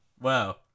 Wow